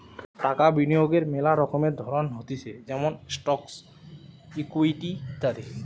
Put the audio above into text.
টাকা বিনিয়োগের মেলা রকমের ধরণ হতিছে যেমন স্টকস, ইকুইটি ইত্যাদি